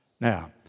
Now